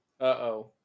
uh-oh